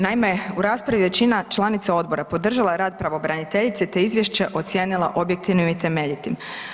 Naime, u raspravi većina članica odbora podržava rad pravobraniteljice te je izvješće ocijenila objektivnim i temeljitim.